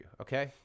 okay